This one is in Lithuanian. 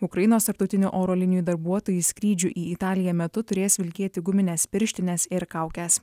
ukrainos tarptautinių oro linijų darbuotojai skrydžių į italiją metu turės vilkėti gumines pirštines ir kaukes